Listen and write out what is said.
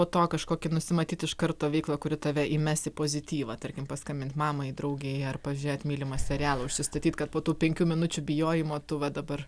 po to kažkokią nusimatyt iš karto veiklą kuri tave įmes į pozityvą tarkim paskambint mamai draugei ar pažiūrėt mylimą serialą užsistatyt kad po tų penkių minučių bijojimo tu va dabar